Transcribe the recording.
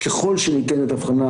תיכף תבינו,